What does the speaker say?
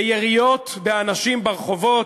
ביריות באנשים ברחובות,